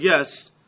yes